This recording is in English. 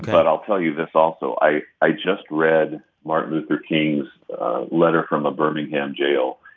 but i'll tell you this, also. i i just read martin luther king's letter from a birmingham jail.